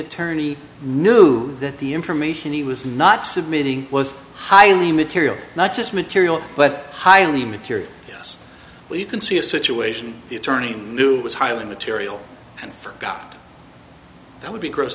attorney knew that the information he was not submitting was highly material not just material but highly material yes you can see a situation the attorney was highly material and forgot that would be gross